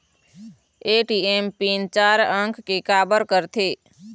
ATM PIN चार अंक के का बर करथे?